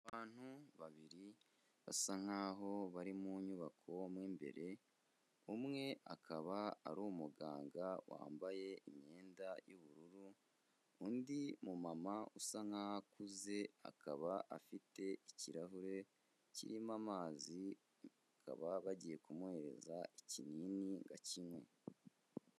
Abantu babiri basa nk'aho bari mu nyubako mo mbere, umwe akaba ari umuganga wambaye imyenda y'ubururu, undi mumama usa nk'aho akuze, akaba afite ikirahure kirimo amazi, bakaba bagiye kumuhereza ikinini ngo akimywe.